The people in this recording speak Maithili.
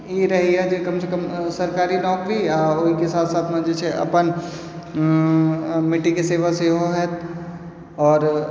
ई रहैया जे कमसँ कम सरकारी नौकरी आ ओहिके साथ मे जे छै अपन मिट्टीके सेवा सेहो होएत आओर